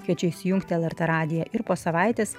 kviečiu įsijungti lrt radiją ir po savaitės